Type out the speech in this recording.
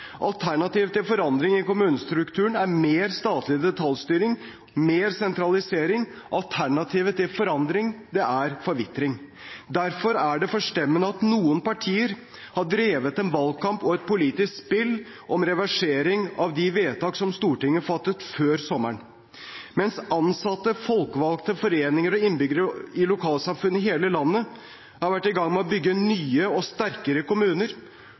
Alternativet til forandring i kommunestrukturen er mer statlig detaljstyring og mer sentralisering. Alternativet til forandring er forvitring. Derfor er det forstemmende at noen partier har drevet en valgkamp og et politisk spill om reversering av de vedtak som Stortinget fattet før sommeren. Mens ansatte, folkevalgte, foreninger og innbyggere i lokalsamfunn i hele landet har vært i gang med å bygge nye og sterkere kommuner,